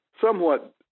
somewhat